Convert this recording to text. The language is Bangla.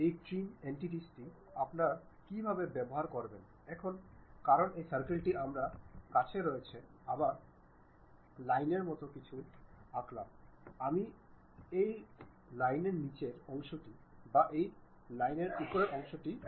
এখন আমি একটি কাটা অংশ পেতে চাই যা সম্ভবত একটি কাটা বিভাগ এর মাধ্যমে পার হচ্ছে এবং আমি সামনের অংশটি মুছে ফেলতে চাই